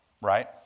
Right